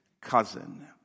cousin